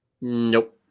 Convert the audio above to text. Nope